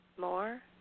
more